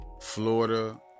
Florida